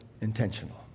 intentional